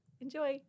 Enjoy